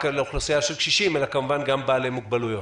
באוכלוסייה של קשישים אלא כמובן גם בעלי מוגבלויות.